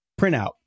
printout